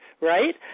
right